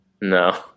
No